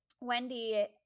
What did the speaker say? Wendy